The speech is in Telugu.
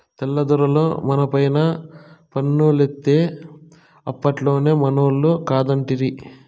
తెల్ల దొరలు మనపైన పన్నులేత్తే అప్పట్లోనే మనోళ్లు కాదంటిరి